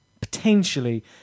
potentially